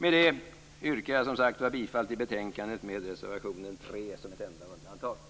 Med detta yrkar jag bifall till hemställan i betänkandet, med reservationen under mom. 3 som enda undantag.